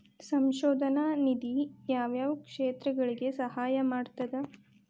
ಸಂಶೋಧನಾ ನಿಧಿ ಯಾವ್ಯಾವ ಕ್ಷೇತ್ರಗಳಿಗಿ ಸಹಾಯ ಮಾಡ್ತದ